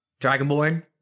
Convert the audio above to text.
dragonborn